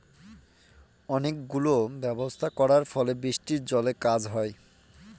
অনেক গুলো ব্যবস্থা করার ফলে বৃষ্টির জলে কাজ হয়